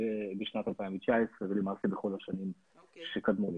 בשנת 2019 ולמעשה בכל השנים שקדמו לכך.